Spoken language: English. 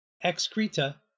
excreta